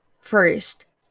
First